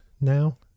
now